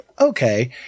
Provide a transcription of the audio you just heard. Okay